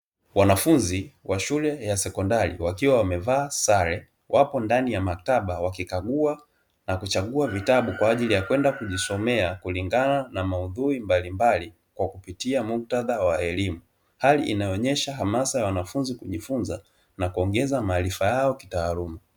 Wanafunzi wa shule ya sekondari, wakiwa wamevaa sare, wapo ndani ya maktaba, wakikagua na kuchagua vitabu kwa ajili ya kwenda kujisomea kulingana na maudhui mbalimbali kwa kupitia muktadha wa elimu. Hali inayoonesha hamasa ya wanafunzi kujifunza na kuongeza maarifa yao kitaaluma.